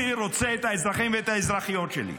אני רוצה את האזרחים ואת האזרחיות שלי.